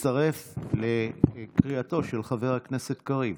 אני מצטרף לקריאתו של חבר הכנסת קריב